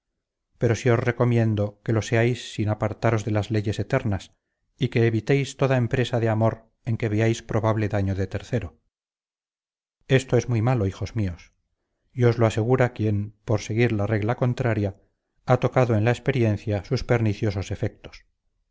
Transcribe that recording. pero sí os recomiendo que lo seáis sin apartaros de las leyes eternas y que evitéis toda empresa de amor en que veáis probable daño de tercero esto es muy malo hijos míos y os lo asegura quien por seguir la regla contraria ha tocado en la experiencia sus perniciosos efectos